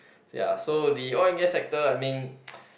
ya so the oil and gas sector I mean